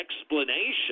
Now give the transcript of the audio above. explanation